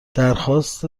درخواست